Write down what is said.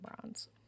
bronze